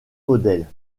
modèle